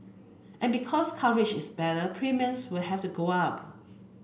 and because coverage is better premiums will have to go up